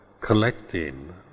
collecting